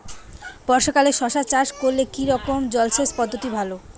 বর্ষাকালে শশা চাষ করলে কি রকম জলসেচ পদ্ধতি ভালো?